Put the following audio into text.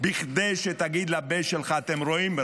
כדי שתגיד לבן שלך: אתם רואים,